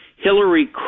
Hillary